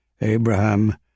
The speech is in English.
Abraham